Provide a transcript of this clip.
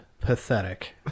pathetic